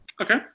Okay